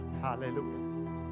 Hallelujah